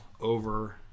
over